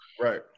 Right